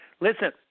Listen